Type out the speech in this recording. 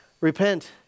Repent